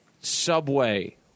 Subway